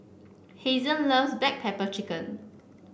Hazen loves Black Pepper Chicken